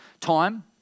time